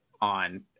on